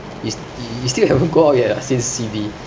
you you still haven't go out yet ah since C_B